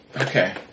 Okay